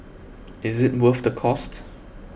is it worth the cost